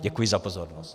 Děkuji za pozornost.